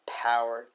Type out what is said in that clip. power